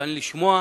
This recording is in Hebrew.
מוכן לשמוע,